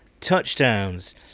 touchdowns